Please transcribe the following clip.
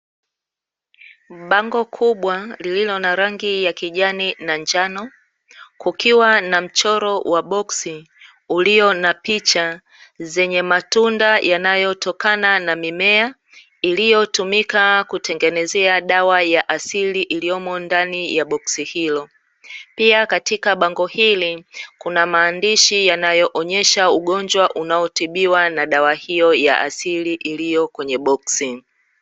Bango kubwa lililo na rangi ya kijani na njano kukiwa na mchoro wa boksi ulio na picha zenye matunda yanayotokana na mimea iliyotumika kutengenezea dawa ya asili iliyomo ndani ya boksi hilo, pia katika bango hili kuna maandashi yanayoonyesha ugonjwa unaotibiwa na dawa hiyo ya asili iliyo kwenye boksi.